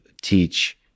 teach